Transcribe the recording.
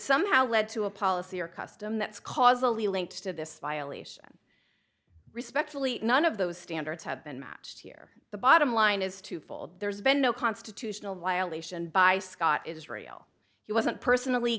somehow led to a policy or custom that's causally linked to this violation respectfully none of those standards have been matched here the bottom line is twofold there's been no constitutional violation by scott israel he wasn't personally